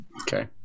Okay